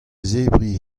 zebriñ